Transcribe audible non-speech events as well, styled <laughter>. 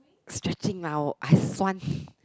stretching now I <breath>